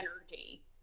energy